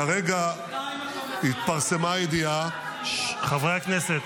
--- כרגע התפרסמה ידיעה --- חברי הכנסת,